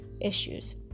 issues